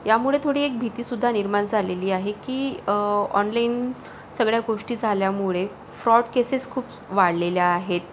यामुळे थोडी एक भीतीसुद्धा निर्माण झालेली आहे की ऑनलाइन सगळ्या गोष्टी झाल्यामुळे फ्रॉड केसेस खूप वाढलेल्या आहेत